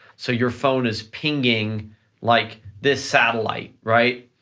so your phone is pinging like this satellite, right?